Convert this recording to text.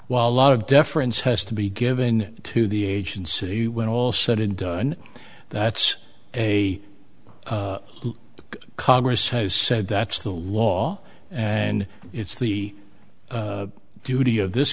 while a lot of deference has to be given to the agency when all said and done that's a congress has said that's the law and it's the duty of this